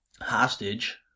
hostage